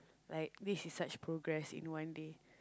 like this is such progress in one day